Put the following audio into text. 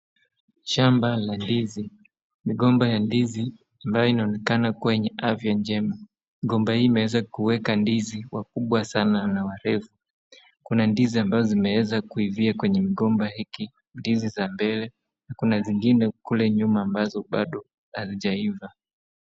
Shamba la ndizi. Migomba ya ndizi ambayo inaonekana kwenye afya njema. Mgomba hii imeweza kuweka ndizi wakubwa sana na warefu. Kuna ndizi ambazo zimeweza kuivia kwenye migomba hiki, ndizi za mbele, na kuna zingine kule nyuma ambazo bado hazijaiva.